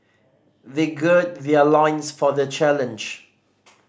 they gird their loins for the challenge